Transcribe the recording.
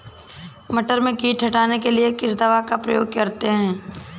मटर में कीट हटाने के लिए किस दवा का प्रयोग करते हैं?